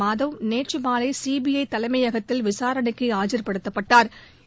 மாதவ் நேற்று மாலை சிபிஐ தலைமையகத்தில் விசாரணைக்கு ஆஜர்படுத்தப்பட்டாள்